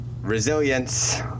resilience